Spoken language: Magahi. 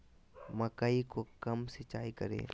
मकई को कब सिंचाई करे?